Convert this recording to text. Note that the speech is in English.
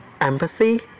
empathy